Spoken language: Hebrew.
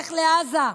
שילך לעזה,